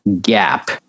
gap